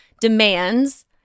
demands